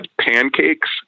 pancakes